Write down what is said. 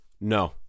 No